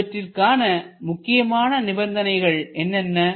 ஆனால் இவற்றிற்கான முக்கியமான நிபந்தனைகள் என்னென்ன